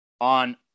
on